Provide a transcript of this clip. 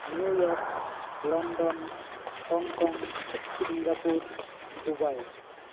New York London Hong Kong Singapore Dubai